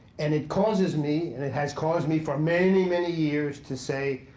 and it causes me and it has caused me for many, many years to say,